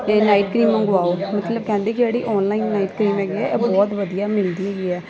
ਇਹ night cream ਮੰਗਵਾਓ ਮਤਲਬ ਕਹਿੰਦੇ ਕਿ ਜਿਹੜੀ ਔਨਲਾਈਨ ਨਾਈਟ ਕਰੀਮ ਹੈਗੀ ਆ ਇਹ ਬਹੁਤ ਵਧੀਆ ਮਿਲਦੀ ਹੈਗੀ ਹੈ